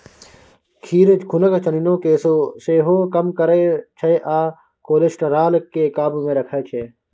जीर खुनक चिन्नी केँ सेहो कम करय छै आ कोलेस्ट्रॉल केँ काबु मे राखै छै